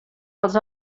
els